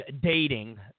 dating